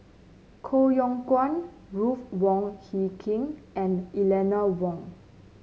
Koh Yong Guan Ruth Wong Hie King and Eleanor Wong